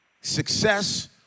success